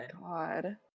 god